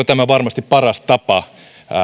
tämä varmasti paras tapa